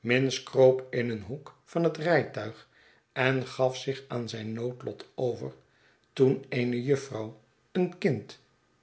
minns kroop in een hoek van het rijtuig en gaf zich aan zijn noodlot over toen eenejuffrouw een kind